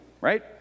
Right